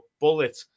Bullet